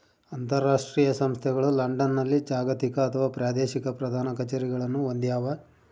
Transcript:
ಅಂತರಾಷ್ಟ್ರೀಯ ಸಂಸ್ಥೆಗಳು ಲಂಡನ್ನಲ್ಲಿ ಜಾಗತಿಕ ಅಥವಾ ಪ್ರಾದೇಶಿಕ ಪ್ರಧಾನ ಕಛೇರಿಗಳನ್ನು ಹೊಂದ್ಯಾವ